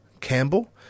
Campbell